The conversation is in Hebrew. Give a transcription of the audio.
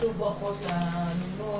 שוב ברכות למינוי.